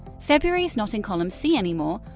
february's not in column c anymore,